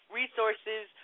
resources